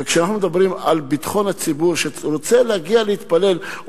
וכשאנחנו מדברים על ביטחון הציבור שרוצה להגיע להתפלל,